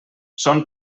són